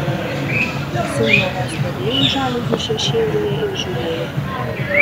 sinjora stovėjo žaliuzių šešėlyje ir žiūrėjo